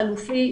חלופי,